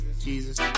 Jesus